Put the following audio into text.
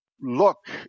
look